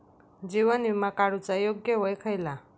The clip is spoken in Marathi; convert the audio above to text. जीवन विमा काडूचा योग्य वय खयला?